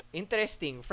interesting